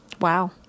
Wow